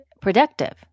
productive